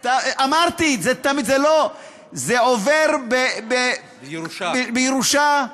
אמרתי, זה לא, זה עובר, בירושה.